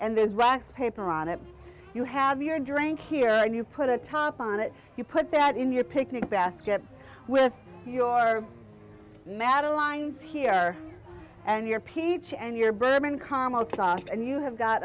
and there's rocks paper on it you have your drank here and you put a tarp on it you put that in your picnic basket with your matta lines here and your peach and your bourbon carmel sauce and you have got